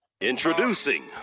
Introducing